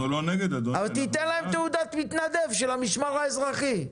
תיתן להם תעודת מתנדב של המשמר האזרחי.